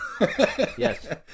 Yes